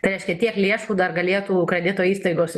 tai reiškia tiek lėšų dar galėtų kredito įstaigos